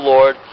Lord